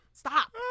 Stop